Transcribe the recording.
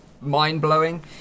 mind-blowing